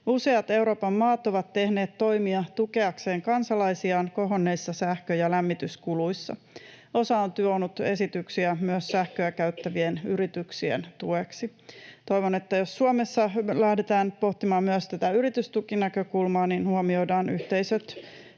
Useat Euroopan maat ovat tehneet toimia tukeakseen kansalaisiaan kohonneissa sähkö- ja lämmityskuluissa, osa on tuonut esityksiä myös sähköä käyttävien yrityksien tueksi. Toivon, että jos Suomessa lähdetään pohtimaan myös tätä yritystukinäkökulmaa, niin huomioidaan yhteisöt